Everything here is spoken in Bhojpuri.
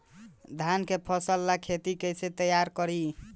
धान के फ़सल ला खेती कइसे तैयार करी?